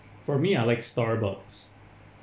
for me I like Starbucks